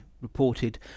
reported